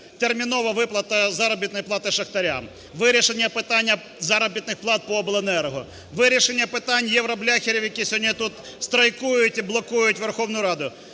термінова виплата заробітної плати шахтарям, вирішення питання заробітних плат по обленерго, вирішення питання "євробляхерів", які сьогодні тут страйкують і блокують Верховну Раду.